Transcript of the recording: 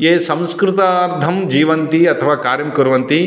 ये संस्कृतार्थं जीवन्ति अथवा कार्यं कुर्वन्ति